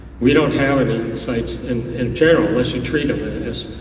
we don't have any sites and in general unless you treat them as